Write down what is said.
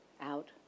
out